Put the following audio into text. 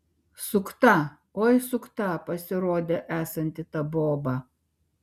sukta oi sukta pasirodė esanti ta boba